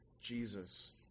Jesus